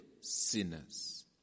sinners